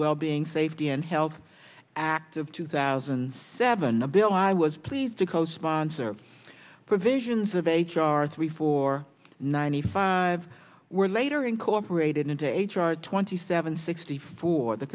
well being safety and health act of two thousand and seven a bill i was pleased to co sponsor provisions of h r three four ninety five were later incorporated into h r twenty seven sixty four the